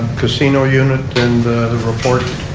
casino unit and the report?